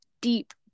deep